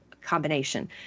combination